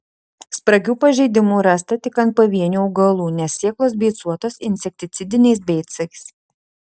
spragių pažeidimų rasta tik ant pavienių augalų nes sėklos beicuotos insekticidiniais beicais